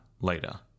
later